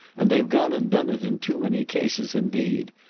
and they've gone and done it in too many cases indeed.